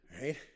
Right